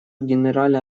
генеральная